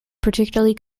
particularly